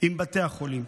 עם בתי החולים.